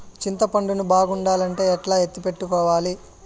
చింతపండు ను బాగుండాలంటే ఎట్లా ఎత్తిపెట్టుకోవాలి?